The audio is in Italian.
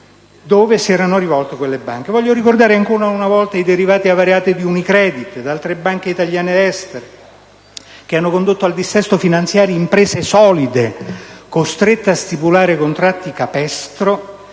cui si erano rivolte tali banche. Voglio ricordare ancora una volta i derivati avariati di Unicredit e di altre banche italiane ed estere, che hanno condotto al dissesto finanziario imprese solide, costrette a stipulare contratti capestro